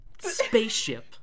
spaceship